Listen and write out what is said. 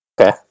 okay